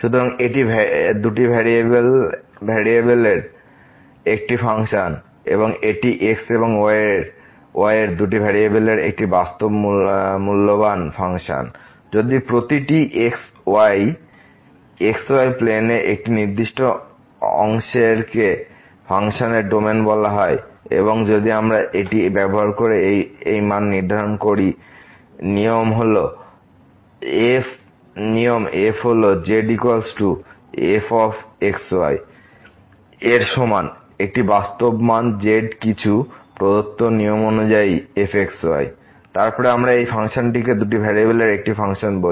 সুতরাং এটি দুটি ভেরিয়েবলের একটি ফাংশন এবং এটি x এবং y এর দুটি ভেরিয়েবলের একটি বাস্তব মূল্যবান ফাংশন যদি প্রতিটি x y xy প্লেনের একটি নির্দিষ্ট অংশেরকে ফাংশনের ডোমেন বলা হয় এবং যদি আমরা এটি ব্যবহার করে এই মান নির্ধারণ করি নিয়ম f হল z fx y এর সমান একটি বাস্তব মান z কিছু প্রদত্ত নিয়মঅনুযায়ী f x y তারপরে আমরা এই ফাংশনটিকে দুটি ভেরিয়েবলের একটি ফাংশন বলি